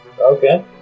Okay